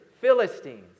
Philistines